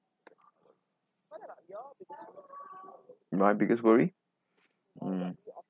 my biggest worry mm